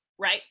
right